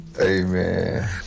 Amen